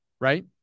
Right